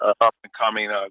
up-and-coming